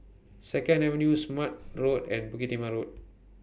Second Avenue Smart Road and Bukit Timah Road